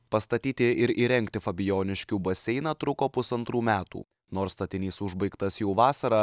pastatyti ir įrengti fabijoniškių baseiną truko pusantrų metų nors statinys užbaigtas jau vasarą